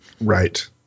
Right